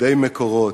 עובדי "מקורות",